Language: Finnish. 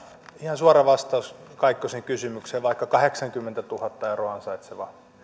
ihan suora vastaus kaikkosen kysymykseen vaikkapa kahdeksankymmentätuhatta euroa ansaitseva